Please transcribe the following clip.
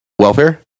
Welfare